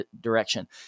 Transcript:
direction